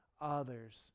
others